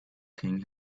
king